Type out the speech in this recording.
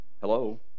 Hello